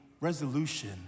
resolution